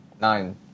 Nine